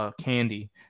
candy